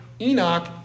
Enoch